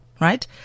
Right